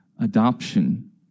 adoption